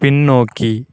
பின்னோக்கி